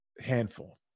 handful